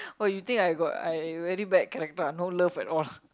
what you think I got I very bad character ah no love at all